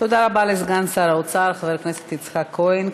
תודה רבה לסגן שר האוצר חבר הכנסת יצחק כהן.